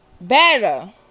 Better